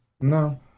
No